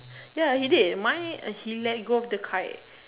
ya he did mine he let go of the kite